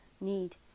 need